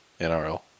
NRL